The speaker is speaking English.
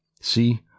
See